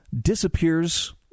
disappears